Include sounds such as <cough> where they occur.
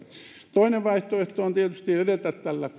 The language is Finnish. toinen vaihtoehto on tietysti edetä tällä <unintelligible>